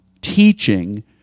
teaching